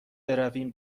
برویم